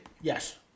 Yes